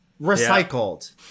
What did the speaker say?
recycled